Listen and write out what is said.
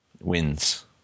wins